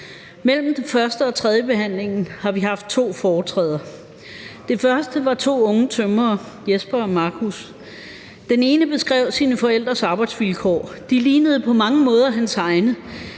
Mellem første- og tredjebehandlingen har vi haft to foretræder. Det første var to unge tømrere, Jesper og Markus. Den ene beskrev sine forældres arbejdsvilkår. Det lignede på mange måder hans egne,